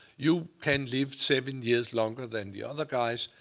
you can live seven years longer than the other guys,